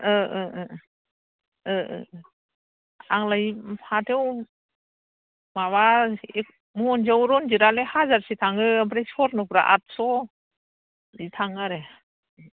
आंलाय हाथायाव माबा महनसेयाव रन्जिता हाजारसे थाङो ओमफ्राय स्वर्न'फ्रा आठस' बिदि थाङो आरो